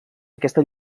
aquesta